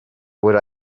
would